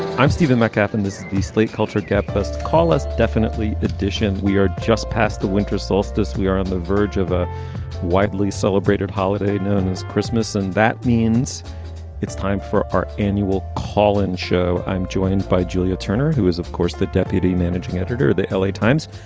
i'm stephen metcalf and this is slate culture gabfest. call us definitely additions. we are just past the winter solstice. we are on the verge of a widely celebrated holiday known as christmas. and that means it's time for our annual call in show. i'm joined by julia turner, who is, of course, the deputy managing editor of the l a. times.